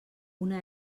una